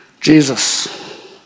Jesus